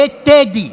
בטדי.